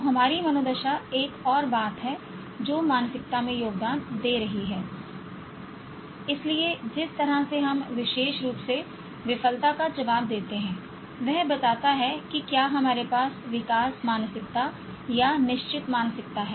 तो हमारी मनोदशा एक और बात है जो मानसिकता में योगदान दे रही है इसलिए जिस तरह से हम विशेष रूप से विफलता का जवाब देते हैं वह बताता है कि क्या हमारे पास विकास मानसिकता या निश्चित मानसिकता है